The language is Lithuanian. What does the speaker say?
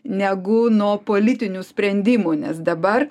negu nuo politinių sprendimų nes dabar